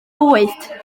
bwyd